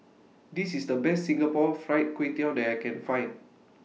This IS The Best Singapore Fried Kway Tiao that I Can Find